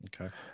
Okay